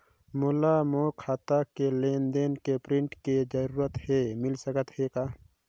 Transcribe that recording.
मोला मोर खाता के लेन देन के प्रिंट के जरूरत हे मिल सकत हे का?